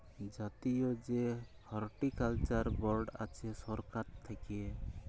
জাতীয় যে horticulture board আছে সরকার থাক্যে